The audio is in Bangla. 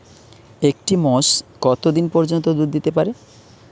একটি মোষ কত দিন পর্যন্ত দুধ দিতে পারে?